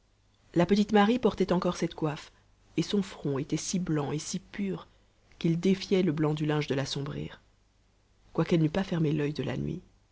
la petite marie portait encore cette coiffure et son front était si blanc et si pur qu'il défiait le blanc du linge de l'assombrir quoiqu'elle n'eût pas fermé l'il de la nuit